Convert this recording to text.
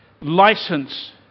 license